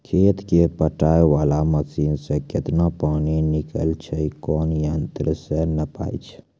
खेत कऽ पटाय वाला मसीन से केतना पानी निकलैय छै कोन यंत्र से नपाय छै